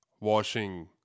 washing